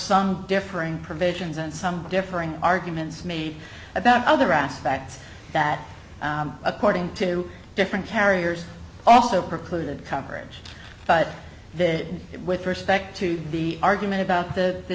some differing provisions and some differing arguments made about other aspects that according to different carriers also precluded coverage but that with respect to the argument about the